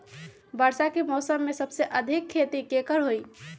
वर्षा के मौसम में सबसे अधिक खेती केकर होई?